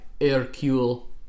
Hercule